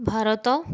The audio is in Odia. ଭାରତ